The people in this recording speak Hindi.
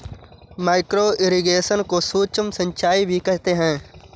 माइक्रो इरिगेशन को सूक्ष्म सिंचाई भी कहते हैं